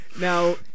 Now